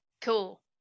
Cool